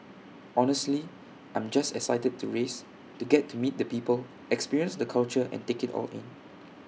honestly I'm just excited to race to get to meet the people experience the culture and take IT all in